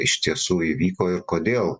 iš tiesų įvyko ir kodėl